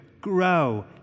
grow